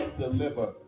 deliver